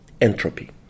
entropy